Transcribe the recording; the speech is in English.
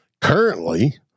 Currently